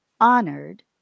honored